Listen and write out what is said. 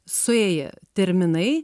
suėję terminai